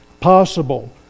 possible